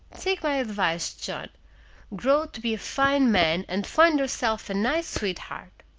take my advice, john grow to be a fine man, and find yourself a nice sweetheart!